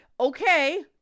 okay